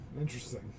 Interesting